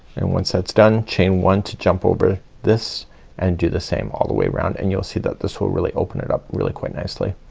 and once that's done chain one to jump over this and do the same all the way around and you'll see that this will really open it up really quite nicely.